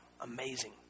amazing